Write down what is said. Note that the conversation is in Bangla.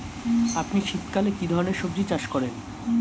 আপনি শীতকালে কী ধরনের সবজী চাষ করেন?